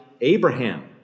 Abraham